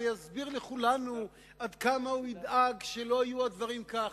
ויסביר לכולנו עד כמה הוא ידאג שלא יהיו הדברים כך.